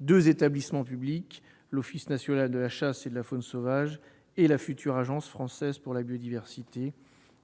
deux établissements publics : l'Office national de la chasse et de la faune sauvage et l'Agence française pour la biodiversité,